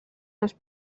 els